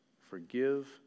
Forgive